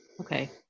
okay